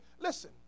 Listen